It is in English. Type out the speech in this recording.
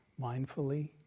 mindfully